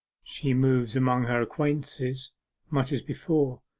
she moves among her acquaintances much as before,